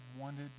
wanted